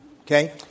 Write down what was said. Okay